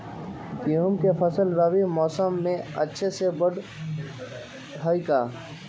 गेंहू के फ़सल रबी मौसम में अच्छे से बढ़ हई का?